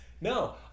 No